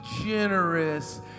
generous